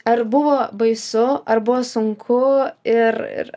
ar buvo baisu ar buvo sunku ir ir